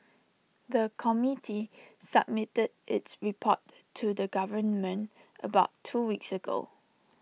the committee submitted its report to the government about two weeks ago